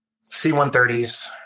C-130s